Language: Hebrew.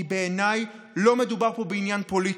כי בעיניי לא מדובר פה בעניין פוליטי,